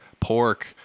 pork